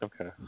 Okay